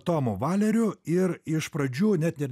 tomu valeriu ir iš pradžių net ir